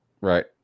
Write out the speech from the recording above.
right